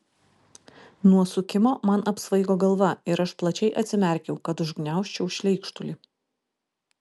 nuo sukimo man apsvaigo galva ir aš plačiai atsimerkiau kad užgniaužčiau šleikštulį